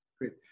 Great